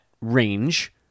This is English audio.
range